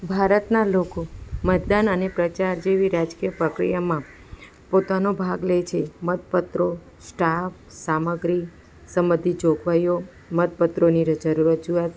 ભારતના લોકો મતદાન અને પ્રચાર જેવી રાજકીય પ્રક્રિયામાં પોતાનો ભાગ લે છે મતપત્રો સ્ટાફ સામગ્રી સંબંધી જોગવાઈઓ મતપત્રોની જે જરૂરત રજૂઆત